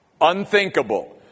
Unthinkable